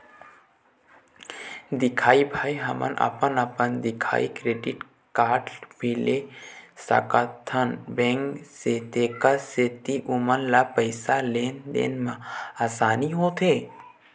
दिखाही भाई हमन अपन अपन दिखाही क्रेडिट कारड भी ले सकाथे बैंक से तेकर सेंथी ओमन ला पैसा लेन देन मा आसानी होथे?